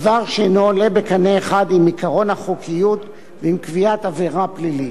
דבר שאינו עולה בקנה אחד עם עקרון החוקיות ועם קביעת עבירה פלילית.